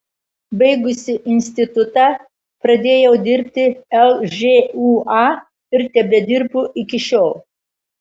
baigusi institutą pradėjau dirbti lžūa ir tebedirbu iki šiol